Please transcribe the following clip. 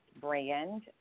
brand